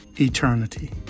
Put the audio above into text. eternity